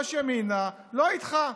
יושב-ראש ימינה, לא איתך,